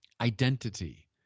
identity